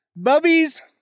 Bubbies